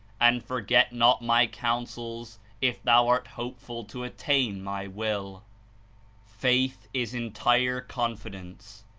and forget not my counsels if thou art hope ful to attain my will faith is entire confidence.